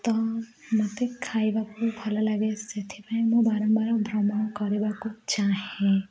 ତ ମୋତେ ଖାଇବାକୁ ଭଲଲାଗେ ସେଥିପାଇଁ ମୁଁ ବାରମ୍ବାର ଭ୍ରମଣ କରିବାକୁ ଚାହେଁ